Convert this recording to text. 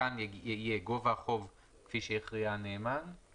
וכאן יהיה "גובה החוב כפי שהכריע הנאמן",